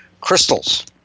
crystals